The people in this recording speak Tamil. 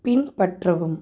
பின்பற்றவும்